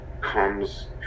comes